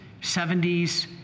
70s